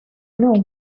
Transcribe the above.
know